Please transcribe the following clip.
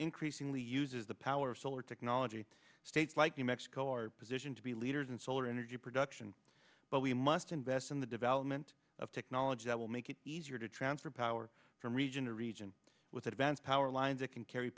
increasingly uses the power of solar technology states like new mexico are positioned to be leaders in solar energy production but we must invest in the development of technology that will make it easier to transfer power from region to region with advanced power lines that can carry